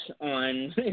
on